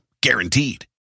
guaranteed